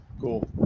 Cool